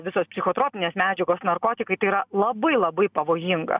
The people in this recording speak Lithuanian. visos psichotropinės medžiagos narkotikai tai yra labai labai pavojinga